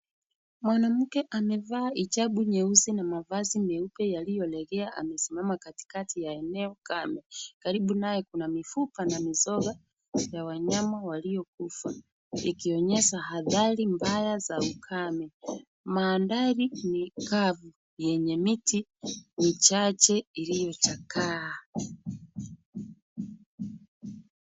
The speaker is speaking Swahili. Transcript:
Mwanamke amevaa hijabu nyeusi na mavazi meupe yaliyolegea amesimama katikati ya eneo kame. Karibu naye kuna mifupa na mizoga ya wanyama waliokufa ikionyesha hatari mbaya za ukame. Mandhari ni kavu yenye miti michache iliyochakaa.